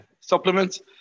supplements